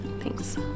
Thanks